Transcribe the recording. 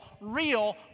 real